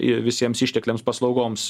i visiems ištekliams paslaugoms